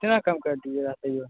कितना कम कर दीजिएगा तइयो